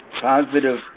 positive